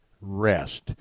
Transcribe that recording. rest